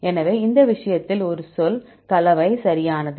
எனவே இந்த விஷயத்தில் ஒரு சொல் கலவை சரியானது